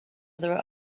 other